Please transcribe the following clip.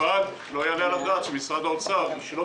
אבל לא יעלה על הדעת שמשרד האוצר ישלוט